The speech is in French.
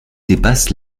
dépasse